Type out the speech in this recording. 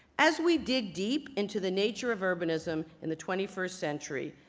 as we dig deep into the nature of urbanism in the twenty first century,